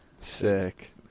sick